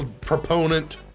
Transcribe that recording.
proponent